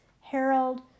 Harold